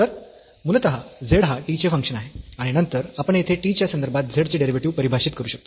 तर मूलतः z हा t चे फंक्शन आहे आणि नंतर आपण येथे t च्या संदर्भात z चे डेरिव्हेटिव्ह परिभाषित करू शकतो